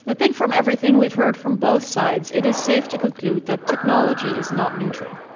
ah think from everything we've heard from both sides, it is safe to conclude that technology is not neutral